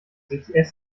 sich